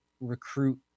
recruit